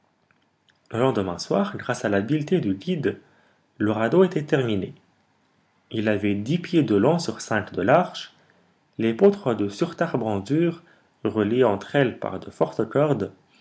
le lendemain soir grâce à l'habileté du guide le radeau était terminé il avait dix pieds de long sur cinq de large les poutres de surtarbrandur reliées entre elles par de fortes cordes